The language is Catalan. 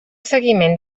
seguiment